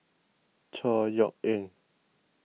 Chor Yeok Eng